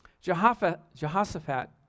Jehoshaphat